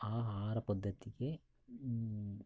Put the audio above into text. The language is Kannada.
ಆ ಆಹಾರ ಪದ್ಧತಿಗೆ